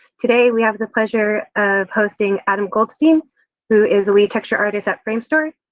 today we have the pleasure of hosting adam goldstein who is lead texture artist at framestore.